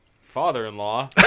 father-in-law